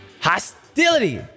Hostility